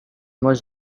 was